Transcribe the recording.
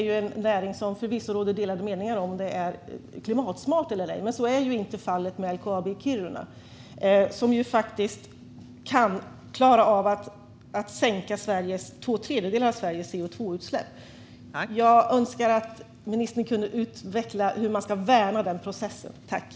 Det råder delade meningar om huruvida torv är klimatsmart eller inte, men så är inte fallet med LKAB i Kiruna, som skulle kunna sänka Sveriges koldioxidutsläpp med två tredjedelar. Kan ministern utveckla hur denna process ska värnas?